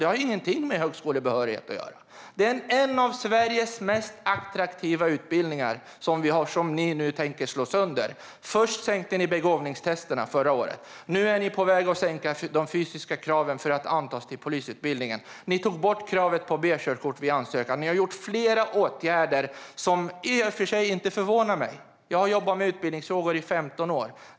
Detta har ingenting med högskolebehörighet att göra. Ni tänker nu slå sönder en av Sveriges mest attraktiva utbildningar. Först sänkte ni begåvningstesten förra året. Nu är ni på väg att sänka de fysiska kraven för att antas till polisutbildningen. Ni tog bort kravet på B-körkort vid ansökan. Ni har vidtagit flera sådana åtgärder, vilket i och för sig inte förvånar mig. Jag har jobbat med utbildningsfrågor i 15 år.